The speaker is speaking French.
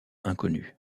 inconnu